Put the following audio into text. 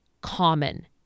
common